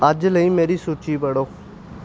ਅੱਜ ਲਈ ਮੇਰੀ ਸੂਚੀ ਪੜ੍ਹੋ